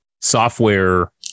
software